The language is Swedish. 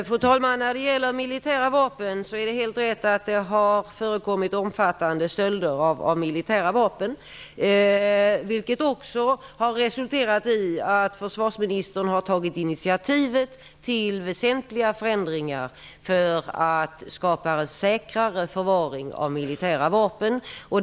Fru talman! Det är helt rätt att det har förekommit omfattande stölder av militära vapen, vilket har resulterat i att försvarsministern har tagit initiativ till väsentliga förändringar för att skapa säkrare förvaring av militära vapen.